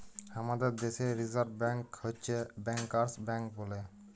হামাদের দ্যাশে reserve bank হচ্ছ ব্যাংকার্স ব্যাঙ্ক বলে